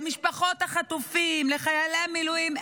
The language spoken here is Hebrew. למשפחות החטופים, לחיילי המילואים.